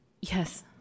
Yes